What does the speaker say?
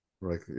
Right